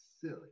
silly